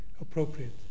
appropriate